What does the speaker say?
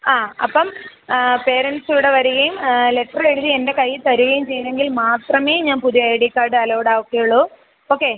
ആ അപ്പം പേരന്റ്സ് ഇവിടെ വരികയും ലെറ്ററെഴുതി എൻ്റെ കയ്യിൽ തരികയും ചെയ്തെങ്കിൽ മാത്രമേ ഞാൻ പുതിയ ഐ ഡി കാർഡ് അലൌഡാക്കുകയുള്ളൂ ഓക്കേ